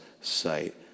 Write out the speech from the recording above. sight